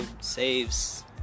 saves